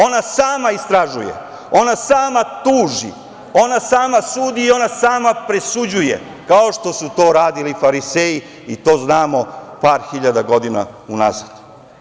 Ona sama istražuje, ona sama tuži, ona sama sudi i ona sama presuđuje, kao što su to radili fariseji i to znamo par hiljada godina unazad.